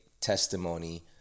testimony